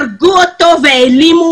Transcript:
הרגו אותו והאמינו